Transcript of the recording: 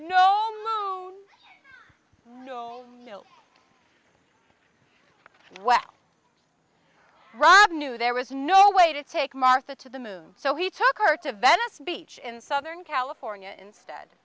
face no moon well rob knew there was no way to take martha to the moon so he took her to venice beach in southern california instead